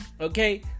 okay